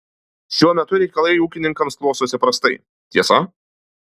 šiuo metu reikalai ūkininkams klostosi prastai tiesa